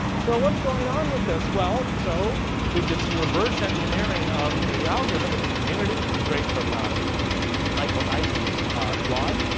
so what's going on with this? well, so we did some reverse engineering of the algorithm as a community. this is great, from ah michael eisen's blog.